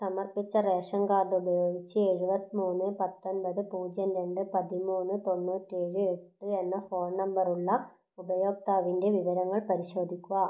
സമർപ്പിച്ച ration card ഉപയോഗിച്ച് എഴുപത്തി മൂന്ന് പത്തൊൻപത് പൂജ്യം രണ്ട് പതിമൂന്ന് തൊണ്ണൂറ്റേഴ് എട്ട് എന്ന ഫോൺ നമ്പറുള്ള ഉപയോക്താവിൻ്റെ വിവരങ്ങൾ പരിശോധിക്കുക